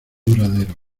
duradero